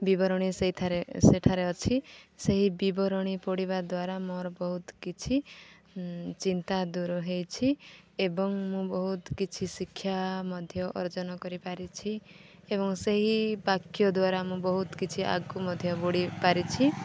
ବିବରଣୀ ସେଇଠାରେ ସେଠାରେ ଅଛି ସେହି ବିବରଣୀ ପଢବା ଦ୍ୱାରା ମୋର ବହୁତ କିଛି ଚିନ୍ତା ଦୂର ହେଇଛି ଏବଂ ମୁଁ ବହୁତ କିଛି ଶିକ୍ଷା ମଧ୍ୟ ଅର୍ଜନ କରିପାରିଛି ଏବଂ ସେହି ବାକ୍ୟ ଦ୍ୱାରା ମୁଁ ବହୁତ କିଛି ଆଗକୁ ମଧ୍ୟ ବଢ଼ି ପାରିଛି